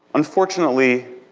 unfortunately,